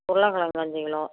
உருளக்கிலங்கு அஞ்சு கிலோ